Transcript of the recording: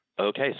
Okay